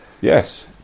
yes